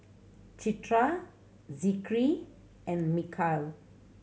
Citra Zikri and Mikhail